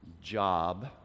job